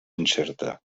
incerta